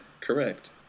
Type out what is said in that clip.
correct